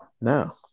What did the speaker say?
No